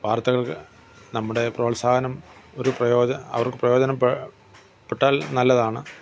വാർത്തകൾക്ക് നമ്മുടെ പ്രോത്സാഹനം ഒരു പ്രയോജനം അവർക്ക് പ്രയോജനപ്പെട്ടാൽ നല്ലതാണ്